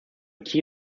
key